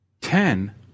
Ten